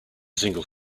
single